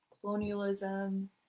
colonialism